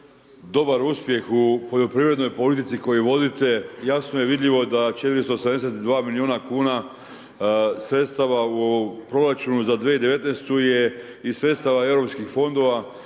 dobar uspjeh u poljoprivrednoj politici koju vodite, jasno je vidljivo da 472 milijuna kuna sredstava u proračunu za 2019.-tu je iz sredstava Europskih fondova,